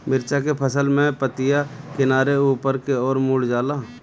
मिरचा के फसल में पतिया किनारे ऊपर के ओर मुड़ जाला?